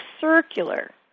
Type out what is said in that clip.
circular